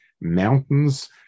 mountains